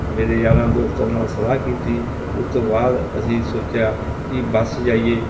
ਮੇਰੇ ਯਾਰਾਂ ਦੋਸਤਾਂ ਨਾਲ ਸਲਾਹ ਕੀਤੀ ਉਸ ਤੋਂ ਬਾਅਦ ਅਸੀਂ ਸੋਚਿਆ ਕਿ ਬੱਸ ਜਾਈਏ